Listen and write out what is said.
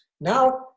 now